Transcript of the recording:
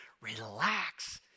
relax